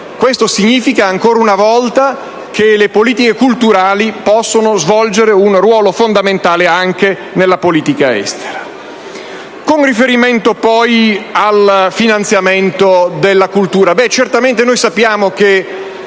Ciò significa ancora una volta che le politiche culturali possono svolgere un ruolo fondamentale anche nella politica estera. Con riferimento poi al finanziamento della cultura